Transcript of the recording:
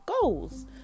goals